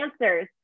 answers